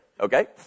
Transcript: okay